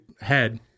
head